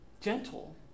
Gentle